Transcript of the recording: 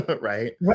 right